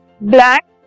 black